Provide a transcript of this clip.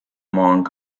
among